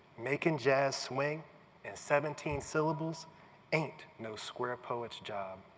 making jazz swing in seventeen syllables ain't no square poets job.